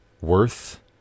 worth